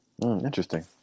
Interesting